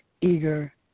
eager